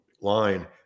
line